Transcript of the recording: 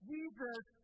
Jesus